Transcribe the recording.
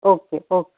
okay okay